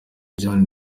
john